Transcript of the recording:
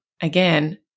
again